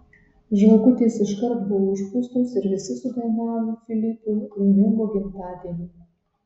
žvakutės iškart buvo užpūstos ir visi sudainavo filipui laimingo gimtadienio